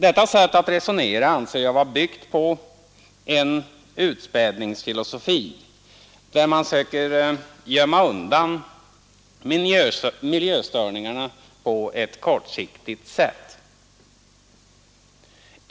Detta sätt att resonera anser jag vara byggt på en utspädningsfilosofi — man söker gömma undan miljöstörningarna på ett kortsiktigt sätt.